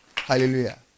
Hallelujah